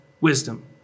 wisdom